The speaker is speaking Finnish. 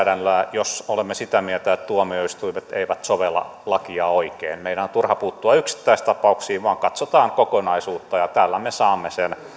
tuomiorangaistuskäytäntöä lainsäädännöllä jos olemme sitä mieltä että tuomioistuimet eivät sovella lakia oikein meidän on turha puuttua yksittäistapauksiin vaan katsotaan kokonaisuutta ja täällä me saamme sen